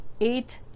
Eight